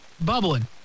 bubbling